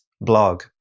blog